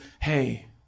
hey